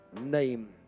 name